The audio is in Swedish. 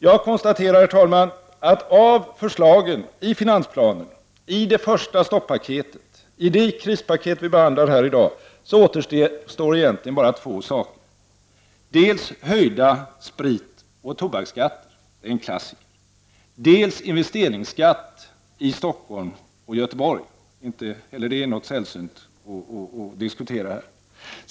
Jag konstaterar, herr talman, att det av förslagen i finansplanen, i det första stoppaketet och i det krispaket som vi behandlar här i dag återstår bara två saker, nämligen dels höjda spritoch tobaksskatter — som är en klassiker —, dels investeringsskatt i Stockholm och Göteborg — som inte heller är något sällsynt som behöver diskuteras här.